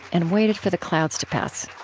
and waited for the clouds to pass